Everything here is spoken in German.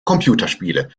computerspiele